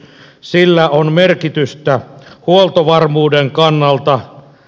sillä on merkitystä huoltovarmuuden kannalta